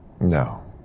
No